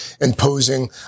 imposing